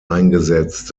eingesetzt